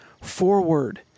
forward